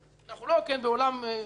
אנחנו לא בעולם ישן.